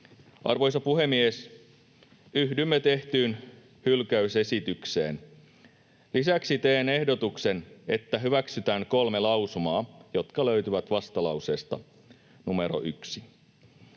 Arvoisa puhemies! Yhdymme tehtyyn hylkäysesitykseen. Lisäksi teen ehdotuksen, että hyväksytään kolme lausumaa, jotka löytyvät vastalauseesta numero 1.